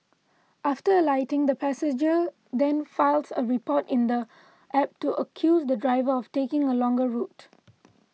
after alighting the passenger then files a report in the app to accuse the driver of taking a longer route